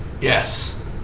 Yes